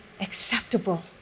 acceptable